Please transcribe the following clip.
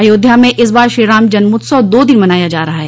अयोध्या म इस बार श्रीराम जन्मोत्सव दो दिन मनाया जा रहा है